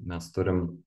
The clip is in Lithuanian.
mes turim